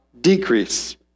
decrease